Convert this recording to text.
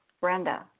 Brenda